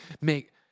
make